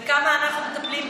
ובכמה אנחנו מטפלים,